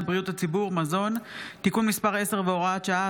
בריאות הציבור (מזון) (תיקון מס' 10 והוראת שעה),